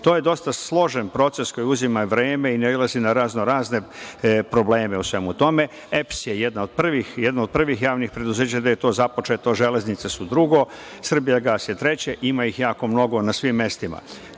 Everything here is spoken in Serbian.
To je dosta složen proces koji uzima vreme i nailazi na razno razne probleme u svemu tome. Elektroprivreda Srbije je jedna od prvih javnih preduzeća gde je to započeto, Železnice su drugo, „Srbijagas“ je treće, ima ih jako mnogo na svim mestima. Ti